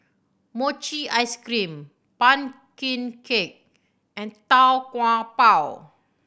mochi ice cream pumpkin cake and Tau Kwa Pau